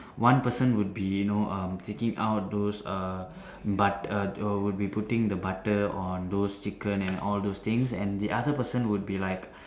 one person would be you know um taking out those err butter would be putting the butter on those chicken and all those things and the other person would be like